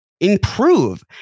improve